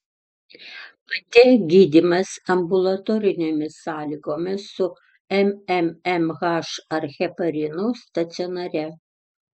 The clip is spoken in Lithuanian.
pate gydymas ambulatorinėmis sąlygomis su mmmh ar heparinu stacionare